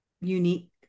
unique